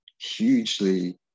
hugely